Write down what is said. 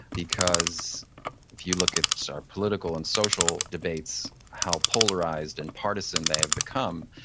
because if you look at our political and social debates, how polarized and partisan they have become,